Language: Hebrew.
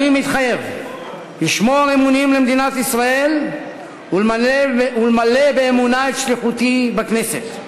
"אני מתחייב לשמור אמונים למדינת ישראל ולמלא באמונה את שליחותי בכנסת".